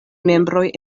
membroj